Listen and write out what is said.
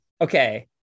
okay